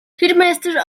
headmaster